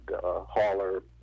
hauler